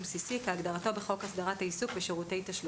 בסיסי כהגדרת ובחוק הסדרת העיסוק בשירותי תשלום".